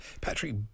Patrick